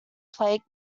plaque